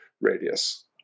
radius